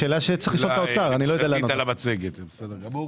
ולדימיר, בבקשה.